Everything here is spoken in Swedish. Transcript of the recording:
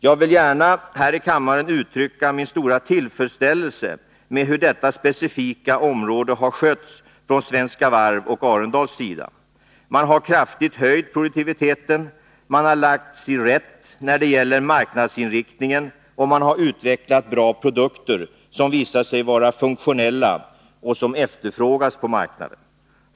Jag vill gärna här i kammaren uttrycka min stora tillfredsställelse med hur detta specifika område har skötts från Svenska Varvs och Arendals sida. Man har kraftigt höjt produktiviteten, man har lagt sig rätt när det gäller marknadsinriktningen och man har utvecklat bra produkter, som visar sig vara funktionella och som efterfrågas på marknaden.